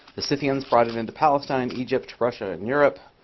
the scythians brought it into palestine, egypt, to russia in europe.